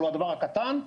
אבל הוא הדבר הקטן,